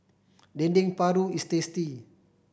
Dendeng Paru is tasty